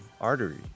artery